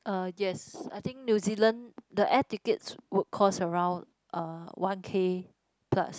uh yes I think New Zealand the air tickets would cost around uh one K plus